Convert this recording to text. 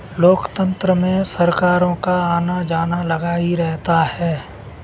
लोकतंत्र में सरकारों का आना जाना लगा ही रहता है